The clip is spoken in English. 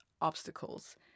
obstacles